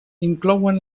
inclouen